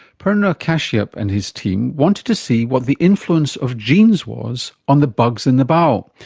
purna kashyap and his team wanted to see what the influence of genes was on the bugs in the bowel.